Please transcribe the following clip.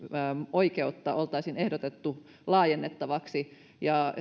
oikeutta oltaisiin ehdotettu laajennettavaksi ja